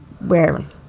wearing